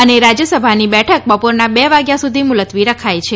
અને રાજ્યસભાની બેઠક બપોરના બે વાગ્યા સુધી મુલત્વી રખાઇ છે